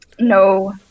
No